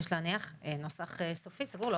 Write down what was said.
יש להניח נוסח סופי, סגור.